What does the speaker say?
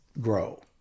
grow